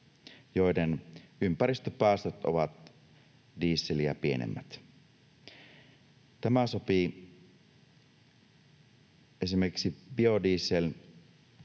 joiden ympäristöpäästöt ovat dieseliä pienemmät. Esimerkiksi biodiesel